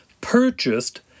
purchased